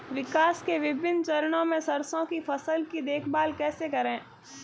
विकास के विभिन्न चरणों में सरसों की फसल की देखभाल कैसे करें?